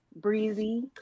Breezy